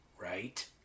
right